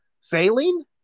saline